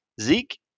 Zeke